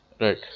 Right